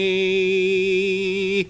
me